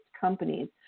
companies